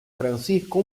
francisco